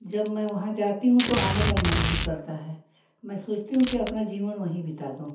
जब मैं वहाँ जाती हूँ आने का मन नहीं करता है मैं सोचती हूँ कि अपना जीवन वहीं बिता दूँ